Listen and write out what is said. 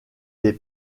des